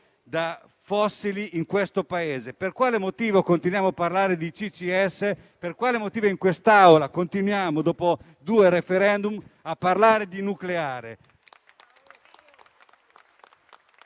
dai fossili in questo Paese? Per quale motivo continuiamo a parlare di CCS? Per quale motivo, in quest'Aula, continuiamo, dopo due *referendum*, a parlare di nucleare?